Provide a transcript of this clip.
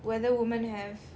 whether women have